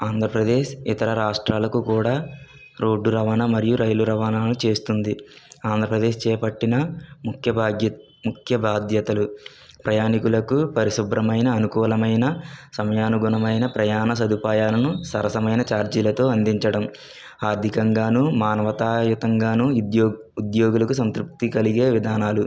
ఆంధ్రప్రదేశ్ ఇతర రాష్ట్రాలకు కూడా రోడ్డు రవాణా మరియు రైలు రవాణాలను చేస్తుంది ఆంధ్ర ప్రదేశ్ చేపట్టిన ముఖ్య బాధ్యత్ ముఖ్య బాధ్యతలు ప్రయాణీకులకు పరిశుభ్రమైన అనుకూలమైన సమయానుగుణమైన ప్రయాణ సదుపాయాలను సరసమైన చార్జీలతో అందించడం ఆర్ధికంగాను మానవతాయుతంగాను ఉద్యోగ ఉద్యోగులకు సంతృప్తి కలిగే విధానాలు